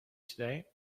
today